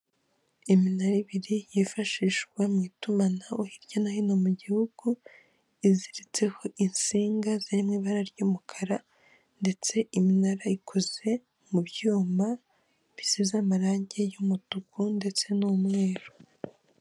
Iminara ibiri yifashishwa mu itumanaho hirya nohino mu gihugu, iziritseho insinga ziri mu ibara ry'umukara, ndetse iminara ikoze mu byuma bisize amarange y'umutuku ndetse n'umweru.